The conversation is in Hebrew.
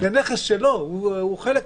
זה נכס שלו, הוא חלק מהנכס הזה.